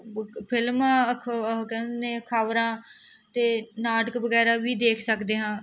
ਫਿਲਮਾਂ ਖ ਉਹ ਕਹਿੰਦੇ ਨੇ ਖਬਰਾਂ ਅਤੇ ਨਾਟਕ ਵਗੈਰਾ ਵੀ ਦੇਖ ਸਕਦੇ ਹਾਂ